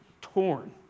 torn